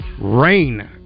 rain